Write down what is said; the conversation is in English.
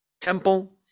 temple